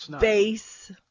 base